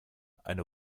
eine